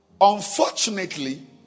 Unfortunately